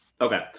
Okay